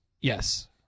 Yes